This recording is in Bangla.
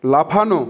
লাফানো